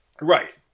Right